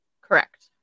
Correct